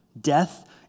Death